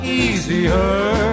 easier